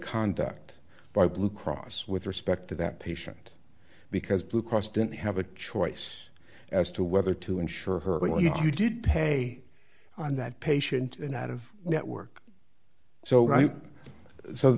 contact by blue cross with respect to that patient because blue cross didn't have a choice as to whether to insure her or you did pay on that patient an out of network so so